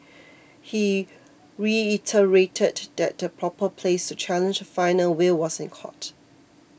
he reiterated that the proper place to challenge final will was in court